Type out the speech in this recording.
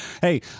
Hey